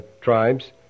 tribes